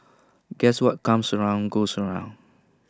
guess what comes around goes around